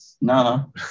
no